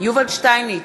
יובל שטייניץ,